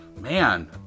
Man